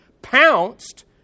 pounced